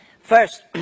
first